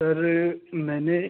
sir मैंने